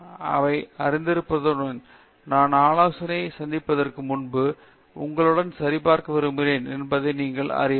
இதை நான் அறிந்திருப்பது நான் ஆலோசனையை சந்திப்பதற்கு முன்பு உங்களுடன் சரிபார்க்க விரும்புகிறேன் என்பதை நீங்கள் அறிவீர்கள்